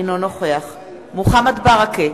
אינו נוכח מוחמד ברכה,